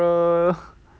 horror